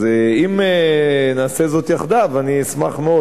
אז אם נעשה זאת יחדיו אני אשמח מאוד,